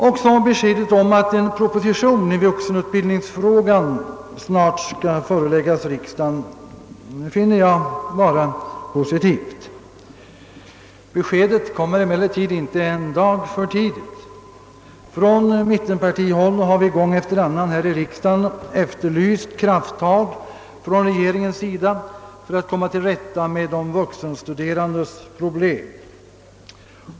Även beskedet att en proposition i vuxenutbildningsfrågan snart skall föreläggas riksdagen är en positiv sak, men det kommer sannerligen inte en dag för tidigt. Från mittenpartihåll har vi gång efter annan här i riksdagen efterlyst krafttag från regeringen för att komma till rätta med de vuxenstuderandes problem.